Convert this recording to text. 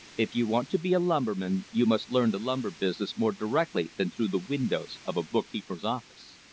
if you want to be a lumberman, you must learn the lumber business more directly than through the windows of a bookkeeper's office.